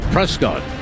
Prescott